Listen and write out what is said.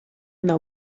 nav